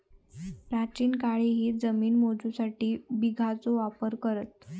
प्राचीन काळीही जमिनी मोजूसाठी बिघाचो वापर करत